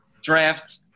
draft